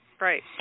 Right